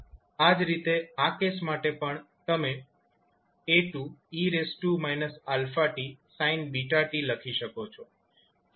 આ જ રીતે આ કેસ માટે પણ તમે 𝐴2𝑒−𝛼𝑡 sin βt લખી શકો છો